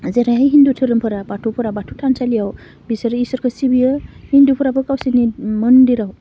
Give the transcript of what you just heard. जेरैहाय हिन्दु धोरोमफोरा बाथौफोरा बाथौ थानसालियाव बिसोरो इसोरखौ सिबियो हिन्दुफोराबो गावसोरनि मन्दिराव